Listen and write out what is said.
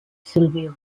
sylvia